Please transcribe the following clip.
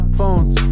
Phones